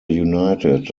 united